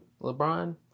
LeBron